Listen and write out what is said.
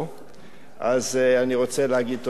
אז אני רוצה להגיד תודה רבה לכולם.